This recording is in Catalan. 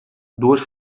dues